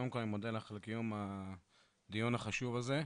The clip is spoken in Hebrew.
קודם כל, אני מודה לך על קיום הדיון החשוב הזה.